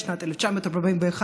בשנת 1941 בעיראק,